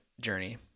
journey